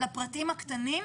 לפרטים הקטנים,